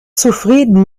zufrieden